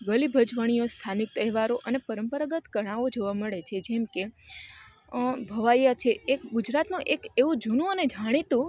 ગલી ભજવાણીય સ્થાનિક તહેવારો અને પરંપરાગત કળાઓ જોવા મળે છે જેમકે ભવાઇયા છે એક ગુજરાતનો એક એવું જૂનું અને જાણીતું